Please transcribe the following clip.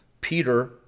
Peter